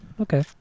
okay